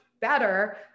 better